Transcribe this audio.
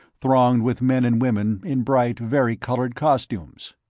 thronged with men and women in bright varicolored costumes.